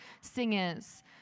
singers